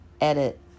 edit